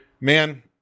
man